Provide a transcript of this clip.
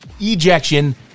ejection